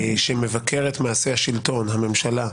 שמבקר את מעשי השלטון, הממשלה,